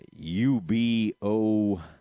UBO